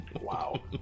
Wow